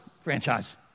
franchise